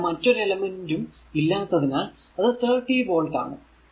ഇവിടെ മറ്റൊരു എലെമെന്റും ഇല്ലാത്തതിനാൽ അത് 30 വോൾട് ആണ്